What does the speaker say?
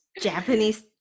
Japanese